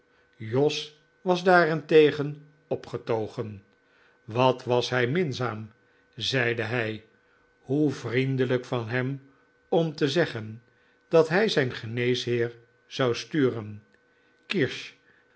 jos was daarentegen opgetogen wat was hij minzaam zeide hij hoe vriendelijk van hem om te zeggen dat hij zijn geneesheer zou sturen kirsch